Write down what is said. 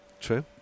True